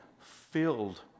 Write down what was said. filled